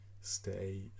Stay